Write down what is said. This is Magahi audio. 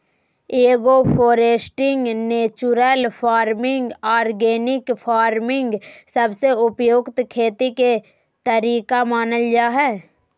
agro foresting, natural farming, organic farming सबसे उपयुक्त खेती के तरीका मानल जा हय